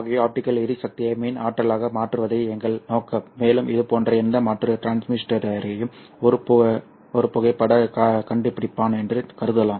ஆகவே ஆப்டிகல் எரிசக்தியை மின் ஆற்றலாக மாற்றுவதே எங்கள் நோக்கம் மேலும் இதுபோன்ற எந்த மாற்று டிரான்ஸ்யூசரையும் ஒரு புகைப்படக் கண்டுபிடிப்பான் என்று கருதலாம்